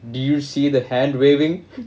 do you see the hand waving